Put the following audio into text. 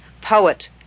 poet